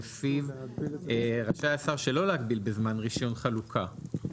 שלפיה רשאי השר שלא להגביל בזמן רישיון חלוקה.